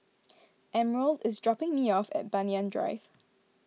Emerald is dropping me off at Banyan Drive